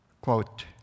quote